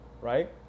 right